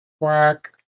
Quack